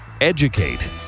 Educate